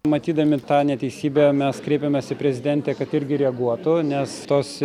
matydami tą neteisybę mes kreipėmės į prezidentę kad irgi reaguotų nes tos